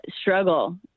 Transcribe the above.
struggle